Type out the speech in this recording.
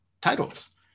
titles